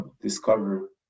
discover